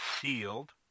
sealed